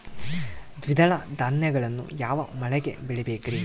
ದ್ವಿದಳ ಧಾನ್ಯಗಳನ್ನು ಯಾವ ಮಳೆಗೆ ಬೆಳಿಬೇಕ್ರಿ?